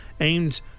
aimed